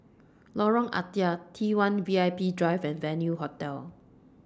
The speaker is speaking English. Lorong Ah Thia T one V I P Drive and Venue Hotel